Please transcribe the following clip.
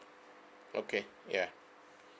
okay ya